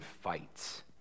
fights